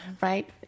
right